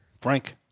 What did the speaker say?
Frank